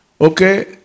Okay